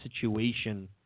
situation